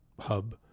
hub